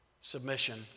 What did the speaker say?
submission